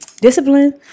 discipline